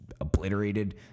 obliterated